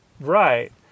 Right